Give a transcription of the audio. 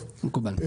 מקובל.